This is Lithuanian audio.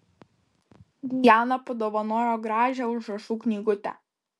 dijana padovanojo gražią užrašų knygutę